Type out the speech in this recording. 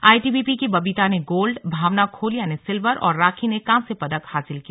ITBP की बबीता ने gold Bhawna Kholiya ने सिलवर और राखी ने कांस्य पदक हासिल किया